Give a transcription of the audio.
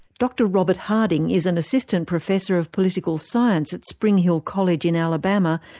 dr robert harding is an assistant professor of political science at springhill college in alabama,